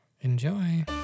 Enjoy